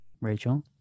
Rachel